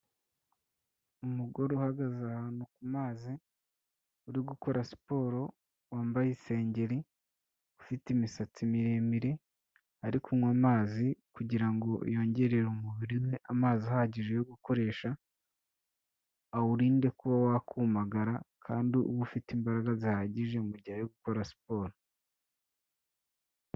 Umugore uhagaze ahantu ku mazi, uri gukora siporo, wambaye isengeri, ufite imisatsi miremire, ari kunywa amazi kugira ngo yongerere umubiri we amazi ahagije yo gukoresha, awurinde kuba wakumagara, kandi ube ufite imbaraga zihagije mu gihe ari gukora siporo.